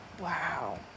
Wow